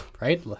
right